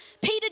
Peter